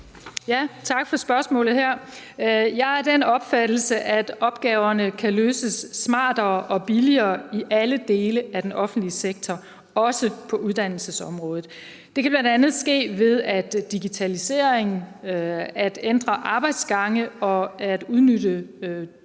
Tak for spørgsmålet. Jeg er af den opfattelse, at opgaverne kan løses smartere og billigere i alle dele af den offentlige sektor, også på uddannelsesområdet. Det kan bl.a. ske ved digitalisering, ved at ændre arbejdsgange og ved at udnytte bygningerne